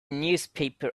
newspaper